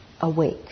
awake